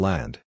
Land